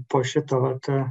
po šito t